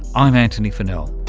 i'm antony funnell